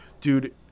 Dude